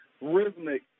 rhythmic